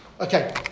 Okay